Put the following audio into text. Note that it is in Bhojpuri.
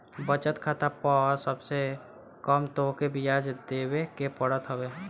बचत खाता पअ सबसे कम तोहके बियाज देवे के पड़त हवे